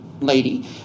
lady